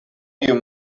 your